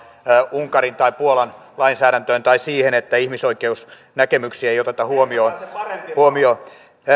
unkarin tai puolan lainsäädäntöön tai siihen että ihmisoikeusnäkemyksiä ei oteta huomioon